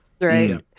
Right